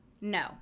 no